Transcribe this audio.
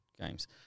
games